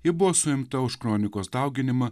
ji buvo suimta už kronikos dauginimą